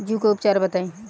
जूं के उपचार बताई?